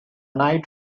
night